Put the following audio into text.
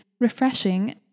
refreshing